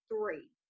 three